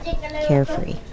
carefree